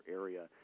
area